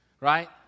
Right